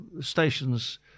stations